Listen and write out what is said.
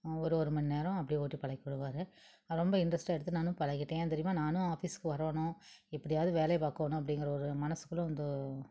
ஒரு ஒரு மண் நேரம் அப்டே ஓட்டி பழக்கிவுடுவாரு ரொம்ப இன்ட்ரெஸ்ட்டாக எடுத்து நானும் பழகிட்டேன் ஏன் தெரியுமா நானும் ஆஃபிஸ்க்கு வரணும் எப்படியாவது வேலையை பார்க்கோணும் அப்படிங்கிற ஒரு மனசுக்குள்ளே அந்த